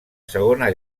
segona